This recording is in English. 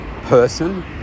person